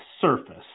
surface